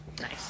Nice